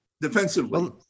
defensively